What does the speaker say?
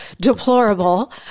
deplorable